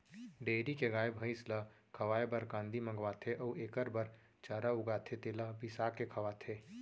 dairy के गाय, भँइस ल खवाए बर कांदी मंगवाथें अउ एकर बर चारा उगाथें तेला बिसाके खवाथें